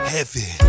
Heavy